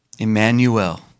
Emmanuel